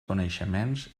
coneixements